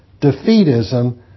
defeatism